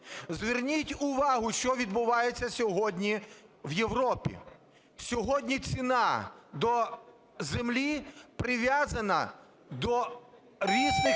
Зверніть увагу, що відбувається сьогодні в Європі. Сьогодні ціна до землі прив'язана до різних